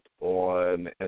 on